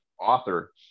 author